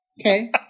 Okay